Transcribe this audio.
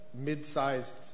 mid-sized